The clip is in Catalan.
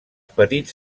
petits